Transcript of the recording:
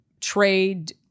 trade